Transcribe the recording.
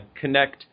connect